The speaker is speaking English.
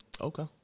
Okay